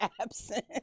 absent